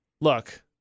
look